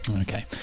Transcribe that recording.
Okay